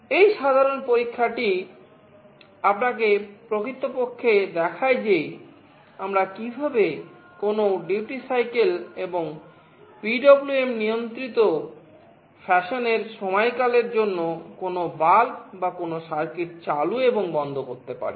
এই সাধারণ পরীক্ষাটি আপনাকে প্রকৃতপক্ষে দেখায় যে আমরা কীভাবে কোনও ডিউটি সাইকেল এবং PWM নিয়ন্ত্রিত ফ্যাশনের সময়কাল এর জন্য কোনও বাল্ব বা কোনও সার্কিট চালু এবং বন্ধ করতে পারি